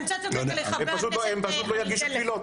הם פשוט לא יגישו קבילות.